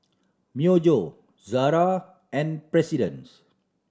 Myojo Zara and President